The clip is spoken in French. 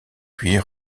puis